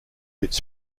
its